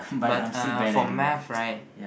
but uh for math right